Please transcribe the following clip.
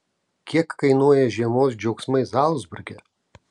kiek kainuoja žiemos džiaugsmai zalcburge